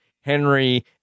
Henry